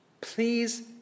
please